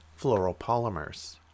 fluoropolymers